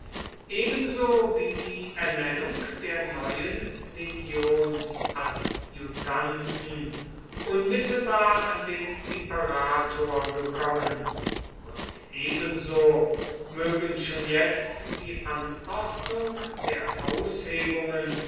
ebenso wie die ernennung der neuen legionsadjutanten unmittelbar an den imperator gekommen und ebenso mögen schon jetzt die anordnung der